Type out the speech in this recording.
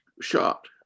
shot